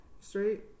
straight